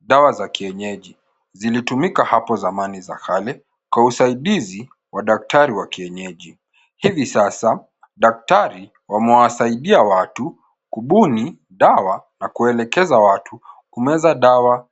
Dawa za kienyeji, zilitumika hapo zamani za kale kwa usaidizi wa daktari wa kienyeji, hivi sasa daktari, wamewasaidia watu kubuni dawa na kuelekeza watu kumeza dawa